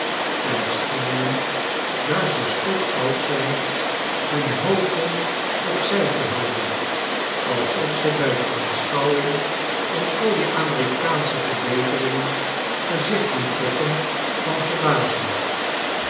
en schijnen daar ze stokoud zijn hun hoofden op zij te houden alsof ze bij de aanschouwing van al die amerikaansche verbeteringen gezichten trokken van verbazing